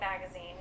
Magazine